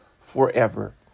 forever